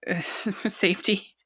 safety